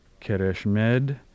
Kereshmed